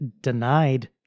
denied